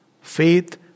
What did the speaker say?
faith